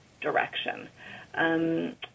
direction